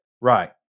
Right